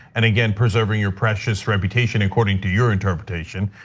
and again, preserving your precious reputation according to your interpretation.